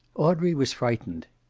audrey was frightened.